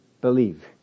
believe